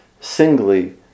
singly